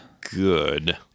Good